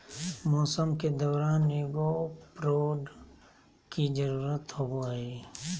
मौसम के दौरान एगो प्रोड की जरुरत होबो हइ